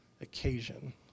occasion